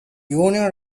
union